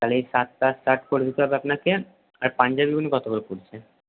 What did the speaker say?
তাহলে চারটা শার্ট করে দিতে হবে আপনাকে আর পাঞ্জাবিগুলি কত করে পড়ছে